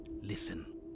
listen